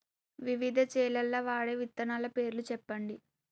వివిధ చేలల్ల వాడే విత్తనాల పేర్లు చెప్పండి?